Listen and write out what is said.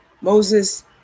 Moses